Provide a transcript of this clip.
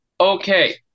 Okay